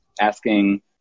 asking